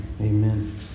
Amen